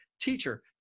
teacher